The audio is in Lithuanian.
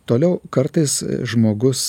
toliau kartais žmogus